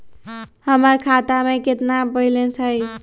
हमर खाता में केतना बैलेंस हई?